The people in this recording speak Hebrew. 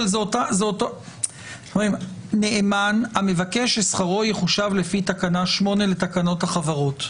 אבל זה אותו -- נאמן המבקש ששכרו יחושב לפי תקנה 8 לתקנות החברות.